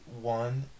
one